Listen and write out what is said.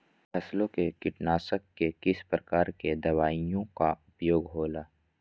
फसलों के कीटनाशक के किस प्रकार के दवाइयों का उपयोग हो ला?